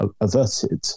averted